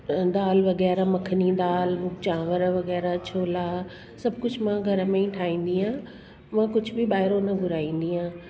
दाल वग़ैरह मखनी दाल चांवरु वग़ैरह छोला सभु कुझु मां घर में ई ठाहींदी आहियां मां कुझु बि ॿाहिरो न घुराईंदी आहियां